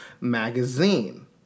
magazine